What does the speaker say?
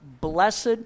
Blessed